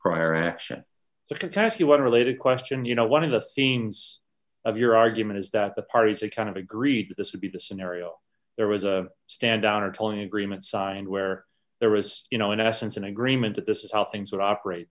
prior action a task you want related question you know one of the scenes of your argument is that the parties are kind of agreed this would be the scenario there was a stand down or tolling agreement signed where there was you know in essence an agreement that this is how things are operate